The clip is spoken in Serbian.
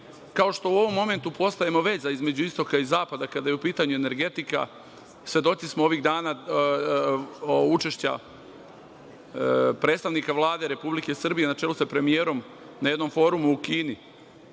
kao što u ovom momentu postajemo veza između istoka i zapada kada je u pitanju energetika, svedoci smo ovih dana učešća predstavnika Vlade Republike Srbije, na čelu sa premijerom, na jednom forumu u Kini.